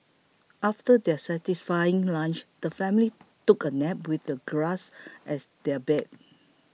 after their satisfying lunch the family took a nap with the grass as their bed